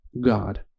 God